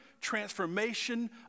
transformation